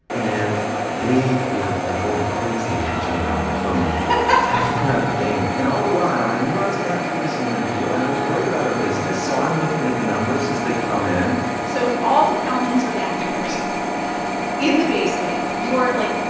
and they were, like, going crazy with each other on the phone talking about the game. and all the while, i knew i was going to have to do this interview, and i was worried about our business, so i'm looking at the numbers as they come in so all the kelmans are gathered in the basement. you are, like,